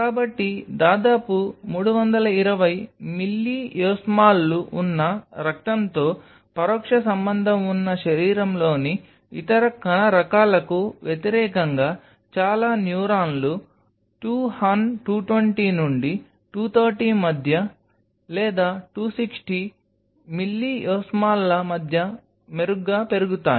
కాబట్టి దాదాపు 320 మిల్లియోస్మోల్లు ఉన్న రక్తంతో పరోక్ష సంబంధం ఉన్న శరీరంలోని ఇతర కణ రకాలకు వ్యతిరేకంగా చాలా న్యూరాన్లు 2 హన్ 220 నుండి 230 మధ్య లేదా 260 మిల్లియోస్మోల్ల మధ్య మెరుగ్గా పెరుగుతాయి